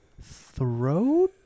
throat